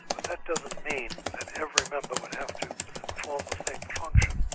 but that doesn't mean that every member would have to perform the same function.